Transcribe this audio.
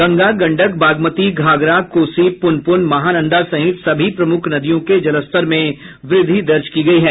गंगा गंडक बागमती घाघरा कोसी पुनपुन महानंदा सहित सभी प्रमुख नदियों के जलस्तर में व्रद्धि दर्ज की गयी है